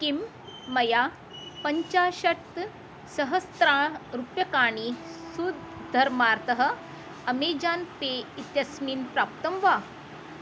किं मया पञ्चाशत् सहस्ररुप्यकाणि शू धरणार्थम् अमेज़ान् पे इत्यस्मिन् प्राप्तं वा